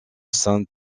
saint